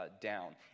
down